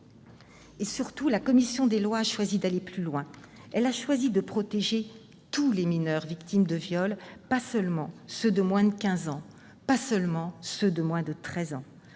Surtout, la commission des lois a choisi d'aller plus loin : elle a décidé de protéger tous les mineurs victimes de viols, pas seulement ceux de moins de quinze ans, pas seulement ceux de moins de treize ans.